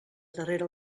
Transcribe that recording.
darrere